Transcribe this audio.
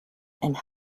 and